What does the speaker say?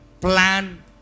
plan